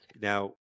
Now